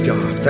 God